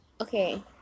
Okay